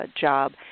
job